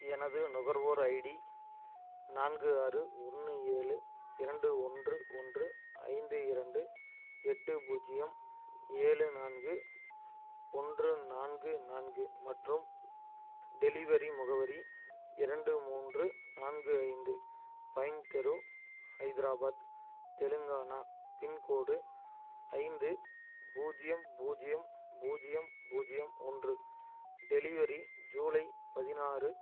எனது நுகர்வோர் ஐடி நான்கு ஆறு ஒன்று ஏழு இரண்டு ஒன்று ஒன்று ஐந்து இரண்டு எட்டு பூஜ்ஜியம் ஏழு நான்கு ஒன்று நான்கு நான்கு மற்றும் டெலிவரி முகவரி இரண்டு மூன்று நான்கு ஐந்து பைன் தெரு ஹைதராபாத் தெலுங்கானா பின்கோடு ஐந்து பூஜ்ஜியம் பூஜ்ஜியம் பூஜ்ஜியம் பூஜ்ஜியம் ஒன்று டெலிவரி ஜூலை பதினாறு